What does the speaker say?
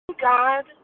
God